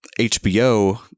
HBO